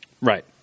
Right